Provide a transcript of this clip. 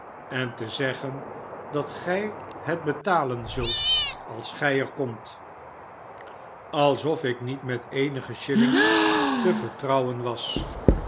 en te zeggen dat gij het betalen zult als gij er komt alsof ik niet met eenige shillings te vertrouwen was